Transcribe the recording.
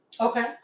Okay